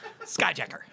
Skyjacker